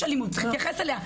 יש אלימות, צריך להתייחס אליה.